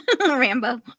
Rambo